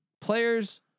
Players